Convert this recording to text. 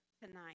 tonight